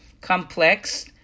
complex